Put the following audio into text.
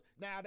now